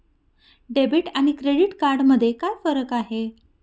Debit आणि credit card मध्ये काय फरक आहे?